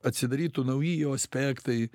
atsidarytų nauji jo aspektai